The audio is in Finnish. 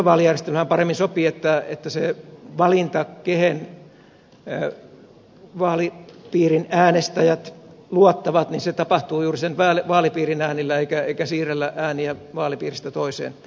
henkilövaalijärjestelmään paremmin sopii että se valinta kehen vaalipiirin äänestäjät luottavat tapahtuu juuri sen vaalipiirin äänillä eikä siirrellä ääniä vaalipiiristä toiseen